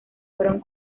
fueron